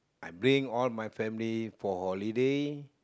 I bring all my family for holiday